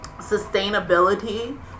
sustainability